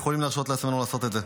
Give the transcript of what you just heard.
יכולים להרשות לעצמנו לעשות את זה.